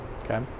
okay